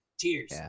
Cheers